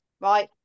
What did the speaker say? right